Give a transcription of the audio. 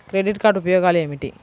Credit card ఉపయోగాలు ఏమిటి?